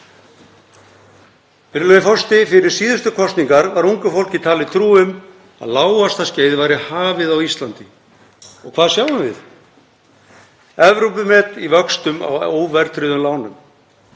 forseti. Fyrir síðustu kosningar var ungu fólki talin trú um að lágvaxtaskeið væri hafið á Íslandi. Og hvað sjáum við? Evrópumet í vöxtum á óverðtryggðum lánum.